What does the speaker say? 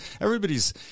everybody's